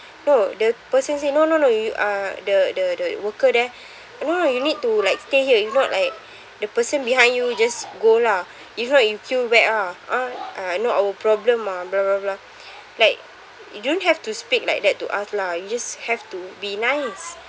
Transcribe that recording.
oh the person say no no no you are the the the worker there no no you need to like stay here if not like the person behind you just go lah if not you queue back ah not our problem ah bla bla bla like you don't have to speak like that to us lah you just have to be nice